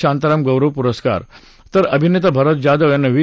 शांताराम जीवनगौरव पुरस्कार तर अभिनेता भरत जाधव यांना व्ही